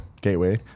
Gateway